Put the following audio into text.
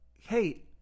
hey